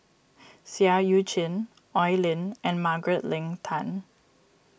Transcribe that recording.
Seah Eu Chin Oi Lin and Margaret Leng Tan